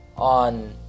On